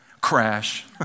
Crash